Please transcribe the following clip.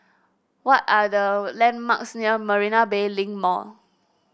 what are the landmarks near Marina Bay Link Mall